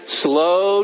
slow